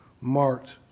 marked